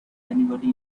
anybody